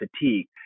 fatigue